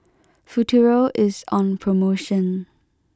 Futuro is on promotion